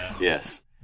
Yes